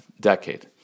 decade